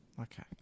Okay